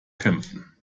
kämpfen